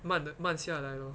慢了慢下来 lor